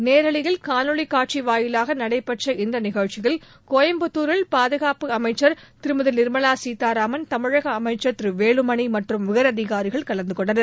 நேரலையில் காணொலி காட்சி வாயிலாக நடைபெற்ற இந்த நிகழ்ச்சியில் கோயம்புத்தூரில் பாதுகாப்பு அமைச்சர் திருமதி நிர்மலா சீதாராமன் தமிழக அமைச்சர் திரு வேலுமனி மற்றும் உயரதிகாரிகள் கலந்துகொண்டனர்